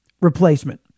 replacement